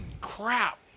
crap